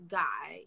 guy